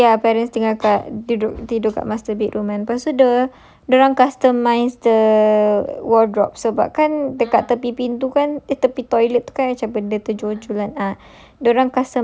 habis their parents tinggal kat dia du~ dia duduk kat master bedroom [pe] so dia dia orang customise the wardrobe sebab kan kat tepi pintu kan tepi toilet kan ada benda terjojol kan ah